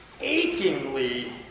achingly